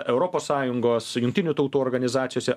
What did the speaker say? europos sąjungos jungtinių tautų organizacijose